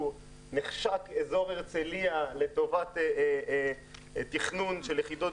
במקום נחשק כמו אזור הרצליה לטובת תכנון של יחידות